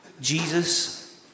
Jesus